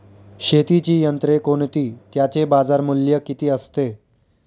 शेतीची यंत्रे कोणती? त्याचे बाजारमूल्य किती असते?